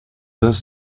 does